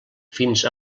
fins